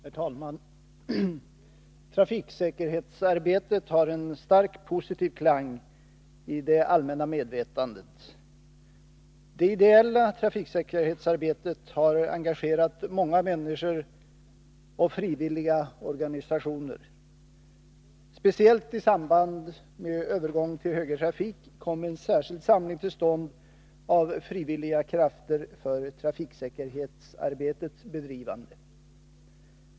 Herr talman! Trafiksäkerhetsarbetet har en starkt positiv klang i det allmänna medvetandet. Det ideella trafiksäkerhetsarbetet har engagerat många människor och frivilliga organisationer. Speciellt i samband med övergången till högertrafik kom en särskild samling till stånd av frivilliga krafter för trafiksäkerhetsarbetets bedrivande.